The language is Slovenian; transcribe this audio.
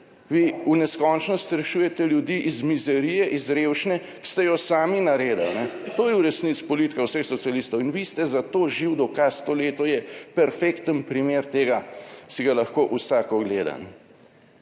Vi v neskončnost rešujete ljudi iz mizerije, iz revščine, ki ste jo sami naredili, to je v resnici politika vseh socialistov in vi ste za to živ dokaz. To leto je perfekten primer tega, si ga lahko vsak ogleda.